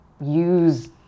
use